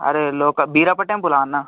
అరే local Beerappa temple అన్న